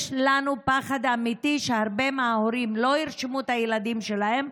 יש לנו פחד אמיתי שהרבה מההורים לא ירשמו את הילדים שלהם,